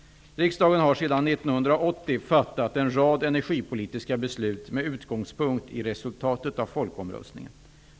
Riksdagen har sedan år 1980 fattat en rad energipolitiska beslut med utgångspunkt i resultatet av folkomröstningen.